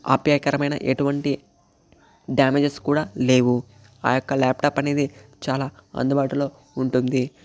అపాయకరమైన ఎటువంటి డ్యామేజెస్ కూడా లేవు ఆ యొక్క ల్యాప్టాప్ అనేది చాలా అందుబాటులో ఉంటుంది